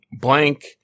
Blank